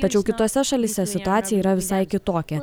tačiau kitose šalyse situacija yra visai kitokia